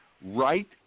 right